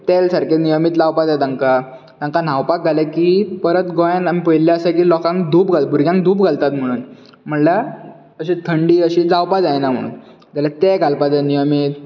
तेल सारके नियमीत लावपाक जााय तांकां तांकां न्हावपाक घाले की परत गोंयान आमी पयल्ले आसा की लोकांक धूप भुरग्यांक धूप घालता म्हणून म्हणल्यार अशी थंडी अशी जावपक जायना म्हणून जाल्यार ते घालपाक जाय नियमीत